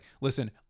listen